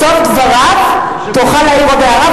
בסוף דבריו תוכל להעיר עוד הערה,